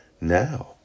now